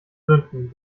sünden